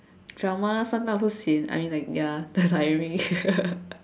drama sometime also sian I mean like ya the timing